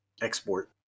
export